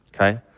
Okay